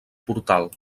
portal